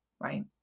right